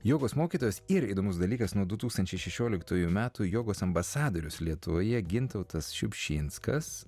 jogos mokytojas ir įdomus dalykas nuo du tūkstančiai šešioliktųjų metų jogos ambasadorius lietuvoje gintautas šiupšinskas